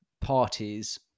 parties